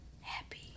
happy